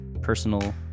personal